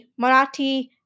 Marathi